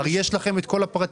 הרי יש לכם את כל הפרטים.